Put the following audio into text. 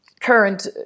current